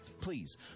Please